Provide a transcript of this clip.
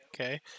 Okay